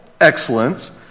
excellence